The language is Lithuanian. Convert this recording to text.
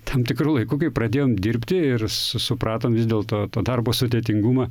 tam tikru laiku kai pradėjom dirbti ir su supratom vis dėlto to darbo sudėtingumą